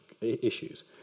issues